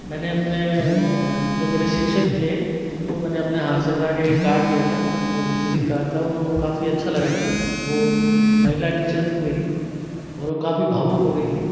मैंने अपने जो मेरे शिक्षक थे उनको मैंने अपने हाथ से बना के एक कार्ड दिया था जो विज़िटिंग कार्ड था वो काफ़ी अच्छा लगा था वो महिला टीचर थीं मेरी और वो काफ़ी भावुक हो गई थीं